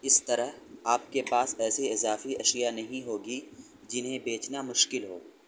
اس طرح آپ کے پاس ایسی اضافی اشیاء نہیں ہوگی جنہیں بیچنا مشکل ہو